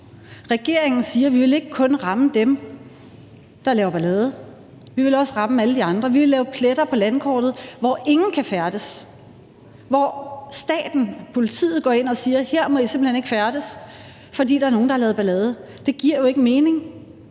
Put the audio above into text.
Regeringen siger: Vi vil ikke kun ramme dem, der laver ballade, vi vil også ramme alle de andre, vi vil lave pletter på landkortet, hvor ingen kan færdes, hvor staten, politiet går ind og siger, at her må I simpelt hen ikke færdes, fordi der er nogle, der har lavet ballade. Det giver jo ikke mening.